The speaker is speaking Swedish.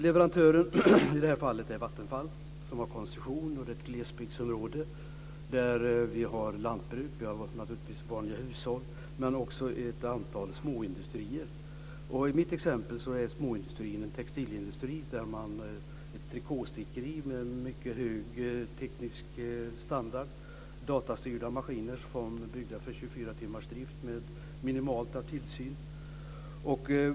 Leverantören i det här fallet är Vattenfall som har koncession. Det är ett glesbygdsområde där vi har lantbruk och naturligtvis vanliga hushåll, men vi har också ett antal småindustrier. I mitt exempel är småindustrin en textilindustri, ett trikåstickeri, med mycket hög teknisk standard och datastyrda maskiner byggda för 24 timmars drift med minimalt behov av tillsyn.